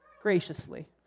graciously